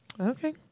Okay